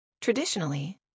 Traditionally